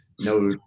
no